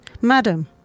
Madam